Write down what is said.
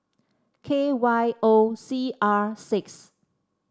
K Y O C R six